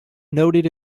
noted